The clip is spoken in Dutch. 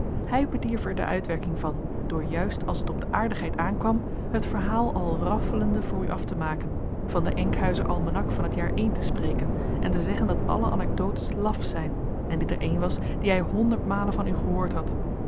hij bedierf er de uitwerking van door juist als t op de aardigheid aankwam het verhaal al raffelende voor u af te maken van den enkhuizer almanak van t jaar één te spreken en te zeggen dat alle anecdotes laf zijn en dit er een was die hij honderd malen van u gehoord had